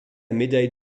médaille